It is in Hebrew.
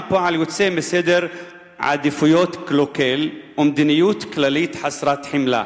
פועל יוצא מסדר עדיפויות קלוקל ומדיניות כללית חסרת חמלה?